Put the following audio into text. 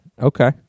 Okay